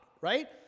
right